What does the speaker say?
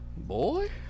Boy